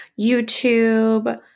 YouTube